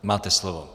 Máte slovo.